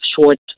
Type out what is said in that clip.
short